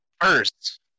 First